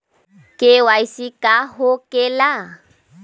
KYC का हो के ला?